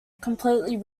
completely